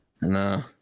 No